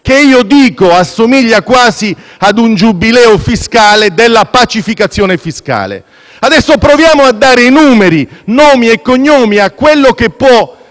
(che secondo me assomiglia quasi ad un giubileo fiscale) della pacificazione fiscale. Adesso proviamo a dare numeri, nomi e cognomi a ciò cui può